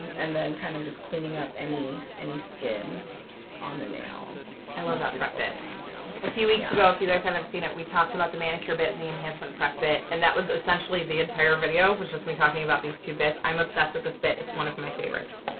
and then kind of just cleaning up any any skin on the nail i and love that bit a few weeks ago a few guys haven't seen it we talked about the manicure bit and the enhancement prep bit and that was essentially the entire video was just me talking about these two bits. i'm obsessed with this bit. it's one of my favorites.